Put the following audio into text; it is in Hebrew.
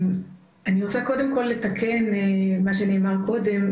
אני רוצה קודם כל לתקן את מה שנאמר קודם.